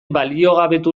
baliogabetu